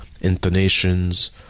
intonations